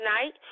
tonight